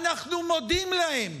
אנחנו מודים להם.